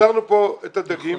עצרנו כאן את הדגים